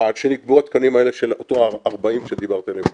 שנקבעו התקנים האלה של אותו 40 שדיברת עליהם קודם.